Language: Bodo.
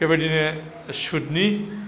बेबायदिनो सुटनि